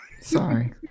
Sorry